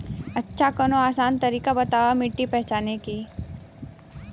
अच्छा कवनो आसान तरीका बतावा मिट्टी पहचाने की?